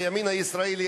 הימין הישראלי,